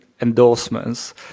endorsements